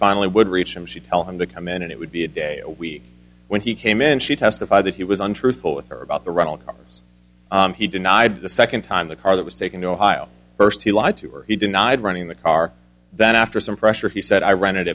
finally would reach him she'd tell him to come in and it would be a day a week when he came in she testified that he was untruthful with her about the ronald problems he denied the second time the car that was taken ohio first he lied to her he denied running the car then after some pressure he said i rented